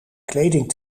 kleding